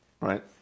right